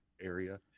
area